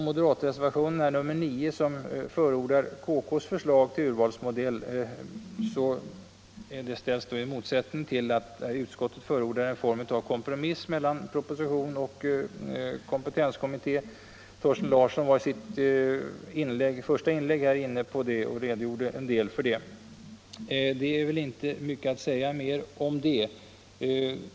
Moderatreservationen 9 förordar KK:s förslag till utbildningsmodell och ställer detta i motsättning till utskottets förslag, som innebär en form av kompromiss mellan propositionen och kompetenskommitténs förslag. Thorsten Larsson redogjorde i sitt första inlägg en del för detta, och det finns inte mycket mer att tillägga.